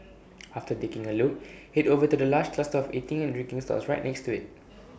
after taking A look Head over to the large cluster of eating and drinking stalls right next to IT